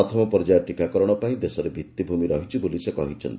ପ୍ରଥମ ପର୍ଯ୍ୟାୟ ଟିକାକରଣ ପାଇଁ ଦେଶରେ ଭିଭିଭିମି ରହିଛି ବୋଲି ସେ କହିଛନ୍ତି